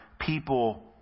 people